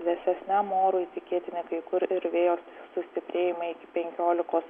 vėsesniam orui tikėtina kai kur ir vėjo sustiprėjimai iki penkiolikos